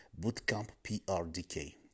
bootcampprdk